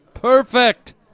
Perfect